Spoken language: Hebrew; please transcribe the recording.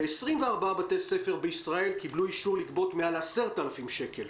ו-24 בתי ספר בישראל קיבלו אישור לגבות מעל 10,000 שקל,